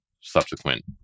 subsequent